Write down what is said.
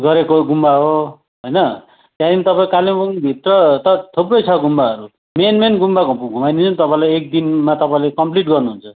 गरेको गुम्बा हो होइन त्यहाँदेखि तपाईँ कालिम्पोङभित्र त थुप्रै छ गुम्बाहरू मेन मेन गुम्बा घु घुमाइदिन्छु नि तपाईँलाई एक दिनमा तपाईँ कम्प्लिट गर्नुहुन्छ